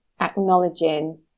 acknowledging